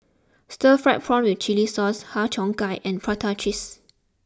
Stir Fried Prawn with Chili Sauce Har Cheong Gai and Prata Cheese